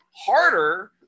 harder